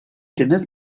tener